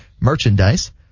merchandise